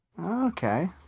Okay